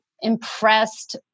impressed